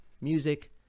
music